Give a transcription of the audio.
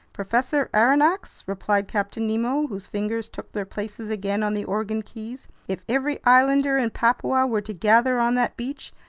professor aronnax, replied captain nemo, whose fingers took their places again on the organ keys, if every islander in papua were to gather on that beach,